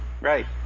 Right